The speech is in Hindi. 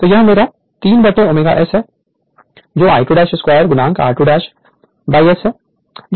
तो यह मेरा 3ω S है जो I2 2 r2 बाय एस को सब्सीट्यूट करने से मिलेगा